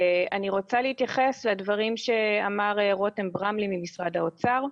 אני רוצה להתייחס לדברים שאמר רותם ברמלי ממשרד האוצר.